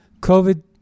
COVID